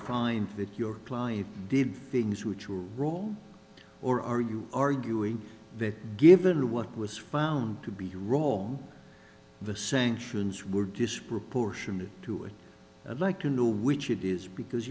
find that your client did things which were wrong or are you arguing that given what was found to be wrong the sanctions were disproportionate to it i'd like to know which it is because